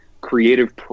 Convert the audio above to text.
creative